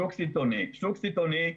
שוק סיטונאי.